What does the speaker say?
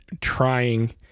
trying